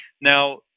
Now